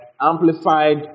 Amplified